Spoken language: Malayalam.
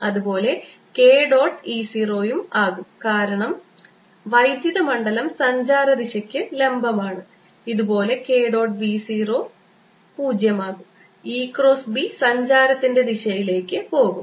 അതുപോലെ k ഡോട്ട് E 0 ആകും കാരണം വൈദ്യുത മണ്ഡലം സഞ്ചാര ദിശക്ക് ലംബമാണ് ഇതുപോലെ k ഡോട്ട് ബി 0 ആകും E ക്രോസ് B സഞ്ചാരത്തിന്റെ ദിശയിലേക്ക് പോകും